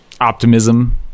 optimism